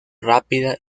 rápida